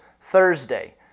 Thursday